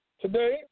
Today